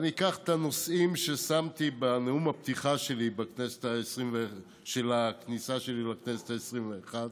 אני אקח את הנושאים ששמתי בנאום הפתיחה שלי בכניסה לכנסת העשרים-ואחת.